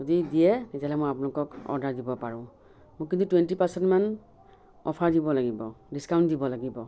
যদি দিয়ে তেতিয়াহ'লে মই আপোনালোকক অৰ্ডাৰ দিব পাৰোঁ মোক কিন্তু টুৱেণ্টি পাৰ্চেন্টমান অফাৰ দিব লাগিব ডিচকাউণ্ট দিব লাগিব